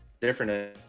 different